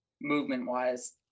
movement-wise